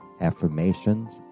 affirmations